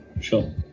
Sure